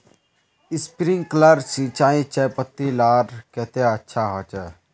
Sprinkler सिंचाई चयपत्ति लार केते अच्छा होचए?